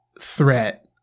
threat